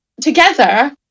together